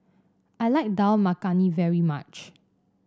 I like Dal Makhani very much